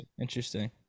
Interesting